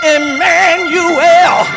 Emmanuel